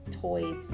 toys